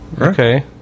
Okay